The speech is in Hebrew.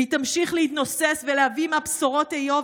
והיא תמשיך להתנוסס ולהביא בשורות איוב